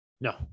No